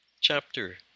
Chapter